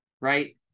right